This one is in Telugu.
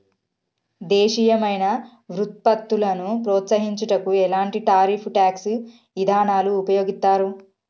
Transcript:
దేశీయమైన వృత్పత్తులను ప్రోత్సహించుటకు ఎలాంటి టారిఫ్ ట్యాక్స్ ఇదానాలు ఉపయోగిత్తారు